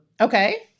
Okay